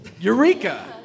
Eureka